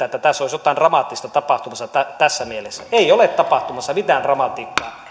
että olisi jotain dramaattista tapahtumassa tässä mielessä ei ole tapahtumassa mitään dramatiikkaa